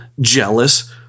jealous